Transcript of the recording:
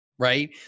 Right